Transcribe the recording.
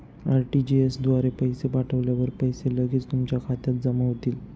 RTGS द्वारे पैसे पाठवल्यावर पैसे लगेच तुमच्या खात्यात जमा होतील